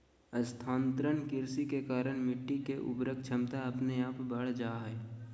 स्थानांतरण कृषि के कारण मिट्टी के उर्वरक क्षमता अपने आप बढ़ जा हय